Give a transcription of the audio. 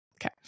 okay